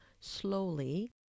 slowly